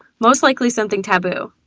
most likely something taboo.